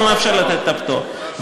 לא מאפשר לתת את הפטור,